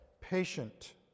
patient